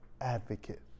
advocate